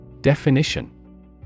Definition